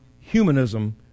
humanism